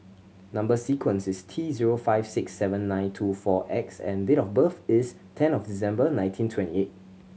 number sequence is T zero five six seven nine two four X and date of birth is ten of December nineteen twenty eight